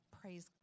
Praise